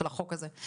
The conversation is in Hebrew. של החוק הזה.